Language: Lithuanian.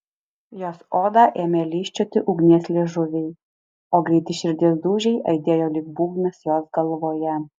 jos odą ėmė lyžčioti ugnies liežuviai o greiti širdies dūžiai aidėjo lyg būgnas jos galvoje